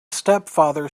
stepfather